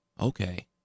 okay